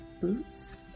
boots